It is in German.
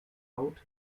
laut